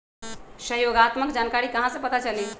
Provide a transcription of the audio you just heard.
सहयोगात्मक जानकारी कहा से पता चली?